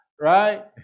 right